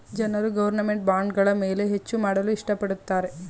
ಜನರು ಗೌರ್ನಮೆಂಟ್ ಬಾಂಡ್ಗಳ ಮೇಲೆ ಹೆಚ್ಚು ಮಾಡಲು ಇಷ್ಟ ಪಡುತ್ತಾರೆ